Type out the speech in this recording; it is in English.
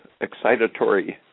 excitatory